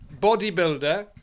Bodybuilder